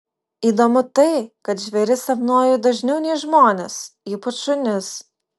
įdomu tai kad žvėris sapnuoju dažniau nei žmones ypač šunis